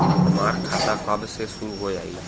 हमार खाता कब से शूरू हो जाई?